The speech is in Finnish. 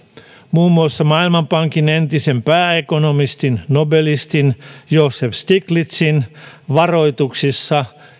muun muassa maailmanpankin entisen pääekonomistin nobelisti joseph stiglitzin varoituksissa